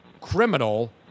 criminal